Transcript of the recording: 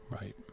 Right